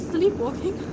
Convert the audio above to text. Sleepwalking